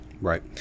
Right